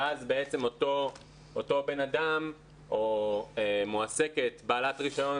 ואז בעצם אותו בן אדם או מועסקת בעלת רישיון